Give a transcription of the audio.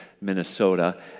Minnesota